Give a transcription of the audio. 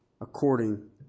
according